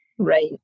Right